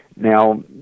Now